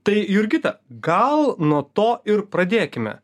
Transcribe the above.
tai jurgita gal nuo to ir pradėkime